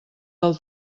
del